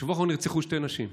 בשבוע האחרון נרצחו שתי נשים,